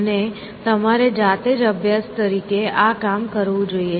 અને તમારે જાતે જ અભ્યાસ તરીકે આ કામ કરવું જોઈએ